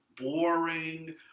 Boring